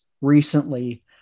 recently